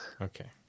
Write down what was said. Okay